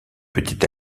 petit